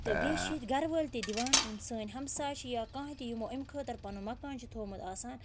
تہٕ بیٚیہِ چھِ ییٚتہِ گَرٕ وٲلۍ تہِ دِوان یِم سٲنۍ ہمساے چھِ یا کانٛہہ تہِ یِمو اَمہِ خٲطرٕ پَنُن مَکان چھِ تھومُت آسان